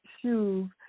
shoes